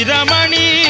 Ramani